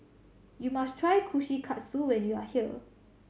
you must try Kushikatsu when you are here